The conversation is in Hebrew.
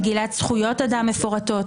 מגילת זכויות אדם מפורטת,